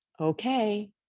Okay